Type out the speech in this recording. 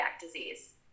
disease